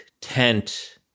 tent